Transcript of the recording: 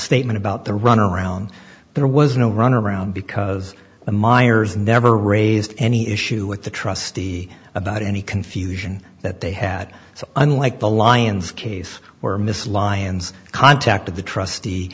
statement about the runaround there was no run around because the meyers never raised any issue with the trustee about any confusion that they had so unlike the lions case where miss lyons contacted the trustee